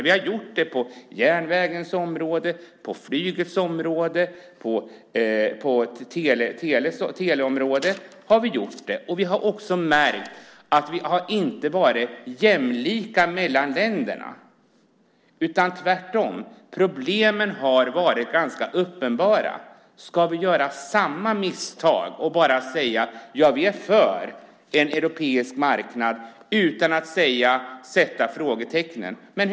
Vi har gjort det på järnvägens område, flygets område och teleområdet. Vi har också märkt att vi inte har varit jämlika mellan länderna. Tvärtom har problemen varit ganska uppenbara. Ska vi göra samma misstag och bara säga: Vi är för en europeisk marknad, utan att sätta frågetecknen?